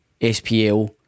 SPL